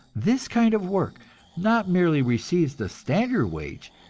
this kind of work not merely receives the standard wage,